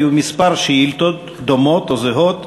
היו כמה שאילתות דומות או זהות,